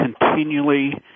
continually